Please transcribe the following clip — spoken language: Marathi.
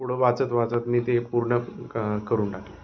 पुढं वाचत वाचत मी ते पूर्ण क करून टाकले